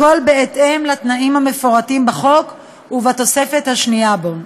הכול בהתאם לתנאים המפורטים בחוק ובתוספת השנייה בו.